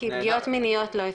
כי פגיעות מיניות לא יפסיקו.